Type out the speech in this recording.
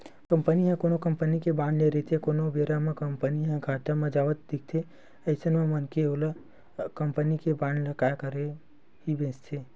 मनखे ह कोनो कंपनी के बांड ले रहिथे कोनो बेरा म कंपनी ह घाटा म जावत दिखथे अइसन म मनखे ओ कंपनी के बांड ल काय करही बेंचथे